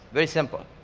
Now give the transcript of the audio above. very simple.